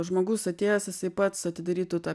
žmogus atėjęs jisai pats atidarytų tą